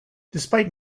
despite